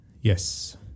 Yes